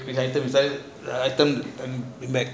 item sell the item collect